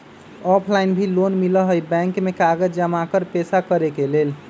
Offline भी loan मिलहई bank में कागज जमाकर पेशा करेके लेल?